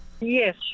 yes